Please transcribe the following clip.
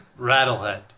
Rattlehead